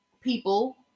people